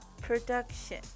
production